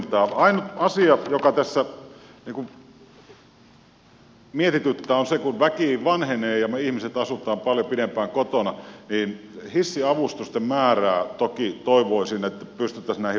ainut asia joka tässä mietityttää on se että kun väki vanhenee ja me ihmiset asumme paljon pidempään kotona niin hissiavustusten määrästä toki toivoisin että pystyttäisiin näihin vanhoihin kerrostaloihin hissejä rakentamaan lisää